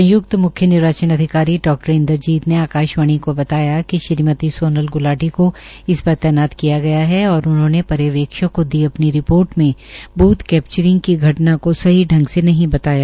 संय्क्त म्ख्य निर्वाचन अधिकारी डॉ इन्द्रजीत ने आकाशवाणी को बताया कि श्रीमती सोनल ग्लाटी को इस पर तैनात किया गया है और उन्होंने पर्यवेक्षक को दी अपनी रिपोर्ट में बूथ कैप्चरिंग का घटना को सही ांग से नहीं बताया